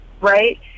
right